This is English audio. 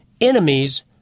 enemies